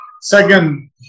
Second